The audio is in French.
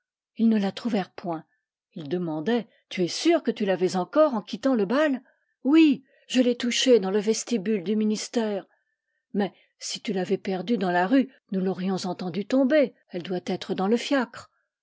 ils ne la trouvèrent point il demandait tu es sûre que tu l'avais encore en quittant le bal oui je l'ai touchée dans le vestibule du ministère mais si tu l'avais perdue dans la rue nous l'aurions entendue tomber elle doit être dans le fiacre